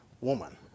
woman